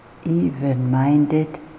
even-minded